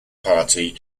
party